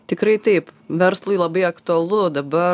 tikrai taip verslui labai aktualu dabar